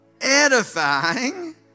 edifying